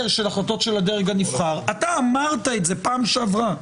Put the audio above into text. של החלטות של הדרג הנבחר אתה אמרת את זה בפעם שעברה